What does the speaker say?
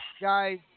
guys